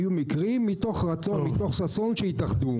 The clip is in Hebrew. היו מקרים שמתוך רצון ומתוך ששון הם התאחדו.